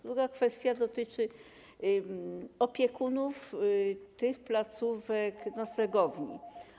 Druga kwestia dotyczy opiekunów tych placówek, noclegowni.